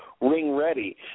ring-ready